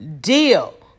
deal